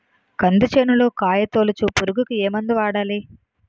కంది చేనులో కాయతోలుచు పురుగుకి ఏ మందు వాడాలి?